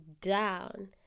down